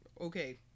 okay